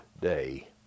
day